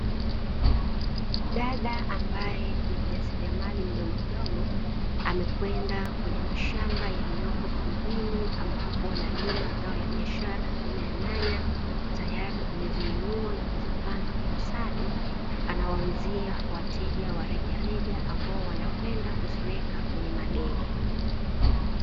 Dada ambaye ni mjasiriamali mdogomdogo amekwenda kwenye mashamba yaliyoko vijijini, ambapo analima zao la biashara aina ya nyanya, tayari amezinunua na kuzipanga kwenye sado anawauzia wateja wa rejareja ambao wanakwenda kuziweka kwenye magenge.